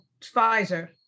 Pfizer